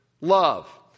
love